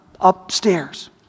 upstairs